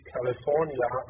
California